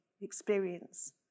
experience